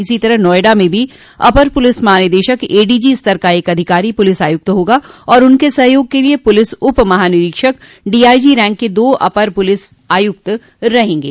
इसी तरह नोएडा में भी अपर प्रलिस महानिदेशक एडीजी स्तर का एक अधिकारी प्रलिस आयुक्त होगा और उनके सहयोग के लिए पुलिस उप महानिरीक्षक डीआईजी रैंक के दो अपर पुलिस आयुक्त रहेंगे